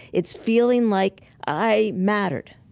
it's feeling like, i mattered.